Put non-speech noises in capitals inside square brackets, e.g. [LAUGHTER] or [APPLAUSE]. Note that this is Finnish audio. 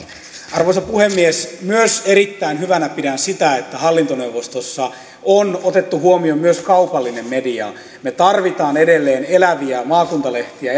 arvoisa puhemies erittäin hyvänä pidän myös sitä että hallintoneuvostossa on otettu huomioon myös kaupallinen media me tarvitsemme edelleen eläviä maakuntalehtiä [UNINTELLIGIBLE]